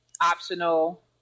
optional